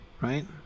Right